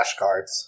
flashcards